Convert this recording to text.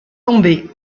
tomber